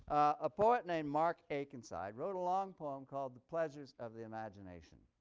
a poet named mark akenside wrote a long poem called the pleasures of the imagination,